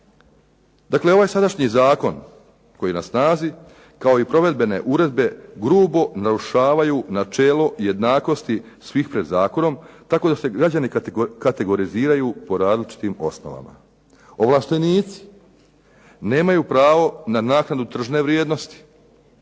Dakle, ovaj sadašnji Zakon koji je na snazi kao i provedbene uredbe grubo narušavaju načelo jednakosti svih pred zakonom tako da se građani kategoriziraju po različitim osnovama. Ovlaštenici nemaju pravo na naknadu tržne vrijednosti.